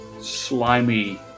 slimy